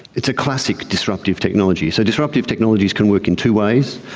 it's a classic disruptive technology. so disruptive technologies can work in two ways.